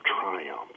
triumph